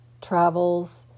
travels